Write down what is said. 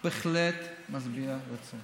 בהחלט משביע רצון.